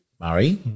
Murray